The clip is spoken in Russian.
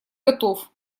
готов